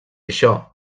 això